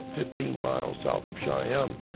fifteen miles south of cheyenne.